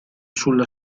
sulla